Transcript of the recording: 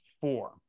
four